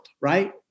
right